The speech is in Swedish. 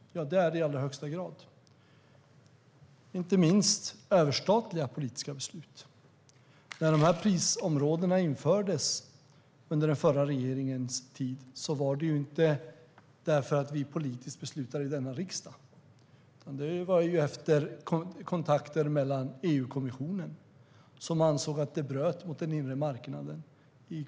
Ja, det är det i allra högsta grad. Inte minst är det överstatliga politiska beslut. När prisområdena infördes under den förra regeringens tid var det inte därför att vi politiskt beslutade det i denna riksdag, utan det skedde efter kontakter mellan Svenska kraftnät och EU-kommissionen, som ansåg att man bröt mot den inre marknaden.